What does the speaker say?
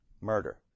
murder